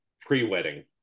pre-wedding